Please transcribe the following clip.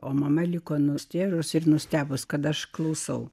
o mama liko nustėrusi ir nustebus kad aš klausau